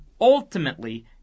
Ultimately